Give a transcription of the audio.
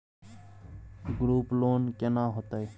Group loan केना होतै?